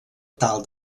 tal